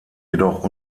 jedoch